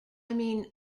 mean